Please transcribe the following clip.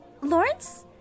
Lawrence